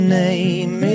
name